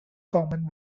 common